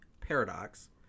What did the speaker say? paradox